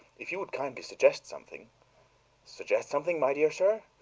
if you would kindly suggest something suggest something, my dear sir?